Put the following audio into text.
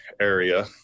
area